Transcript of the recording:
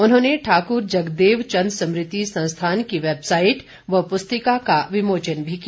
उन्होंने ठाकुर जगदेव चंद स्मृति संस्थान की वैबसाइट व पुस्तिका का विमोचन भी किया